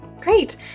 Great